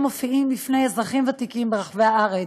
מופיעים בפני אזרחים ותיקים ברחבי הארץ.